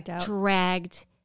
dragged